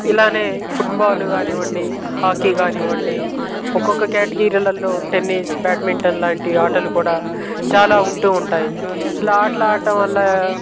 ఇలానే ఫుట్బాల్ కానివ్వండి హాకీ కానివ్వండి ఒక్కొక్క కేటగిరీలల్లో టెన్నీస్ బ్యాడ్మింటన్ లాంటి ఆటలు కూడా చాలా ఉంటూ ఉంటాయి ఇలా ఆటలు ఆడటం వల్ల